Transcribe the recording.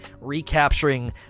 Recapturing